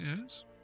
yes